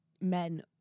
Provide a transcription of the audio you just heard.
men